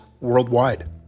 worldwide